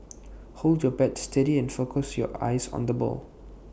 hold your bat steady and focus your eyes on the ball